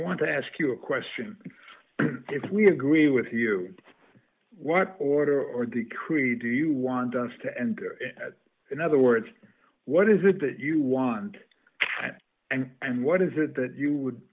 want to ask you a question if we agree with you what order or the crew do you want us to and in other words what is it that you want and what is it that you would